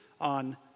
on